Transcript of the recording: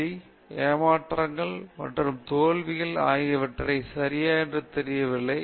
வலி ஏமாற்றங்கள் மற்றும் தோல்விகள் ஆகியவை சரியா என்று தெரியவில்லை